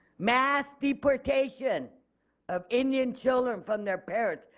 mass deportation of indian children from their parents.